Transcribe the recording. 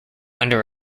under